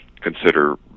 consider